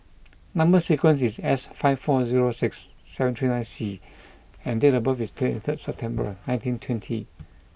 number sequence is S five four zero six seven three nine C and date of birth is twenty third September nineteen twenty